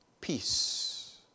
peace